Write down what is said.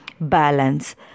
balance